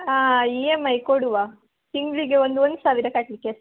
ಹಾಂ E M I ಕೊಡುವ ತಿಂಗಳಿಗೆ ಒಂದು ಒಂದು ಸಾವಿರ ಕಟ್ಟಲಿಕ್ಕೆ ಅಷ್ಟೇ